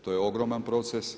To je ogroman proces.